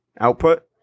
output